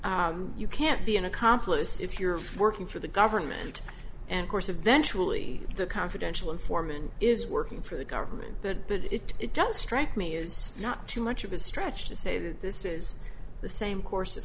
because you can't be an accomplice if you're working for the government and course eventually the confidential informant is working for the government that it doesn't strike me is not too much of a stretch to say that this is the same course